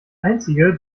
einzige